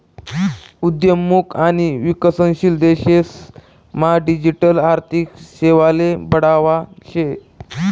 उद्योन्मुख आणि विकसनशील देशेस मा डिजिटल आर्थिक सेवाले बढावा शे